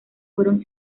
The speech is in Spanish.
fueron